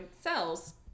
cells